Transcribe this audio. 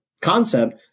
concept